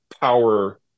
power